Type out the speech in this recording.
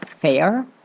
fair